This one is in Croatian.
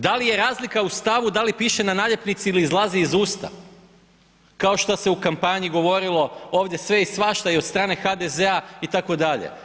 Da li je razlika u stavu da li piše na naljepnici ili izlazi iz usta kao šta se u kampanji govorili ovdje sve i svašta i od strane HDZ-a itd.